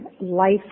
life